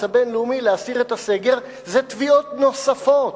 הבין-לאומי להסיר את הסגר זה תביעות נוספות,